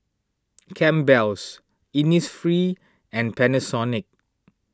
Campbell's Innisfree and Panasonic